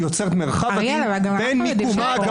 היא יוצרת מרחב עדין בין מיקומה הגבוה